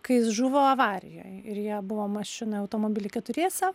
kai jis žuvo avarijoj ir jie buvo mašinoj automobily keturiese